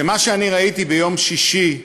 שמה שאני ראיתי ביום שישי,